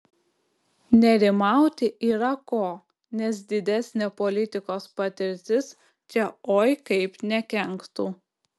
nerimauti yra ko nes didesnė politikos patirtis čia oi kaip nekenktų